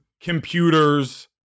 computers